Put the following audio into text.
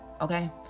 Okay